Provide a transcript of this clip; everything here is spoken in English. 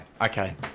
Okay